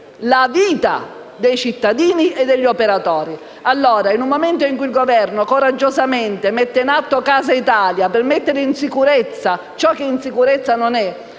la vita dei cittadini e degli operatori. In un momento in cui il Governo coraggiosamente mette in atto Casa Italia per mettere in sicurezza ciò che in sicurezza non è,